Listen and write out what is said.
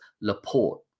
Laporte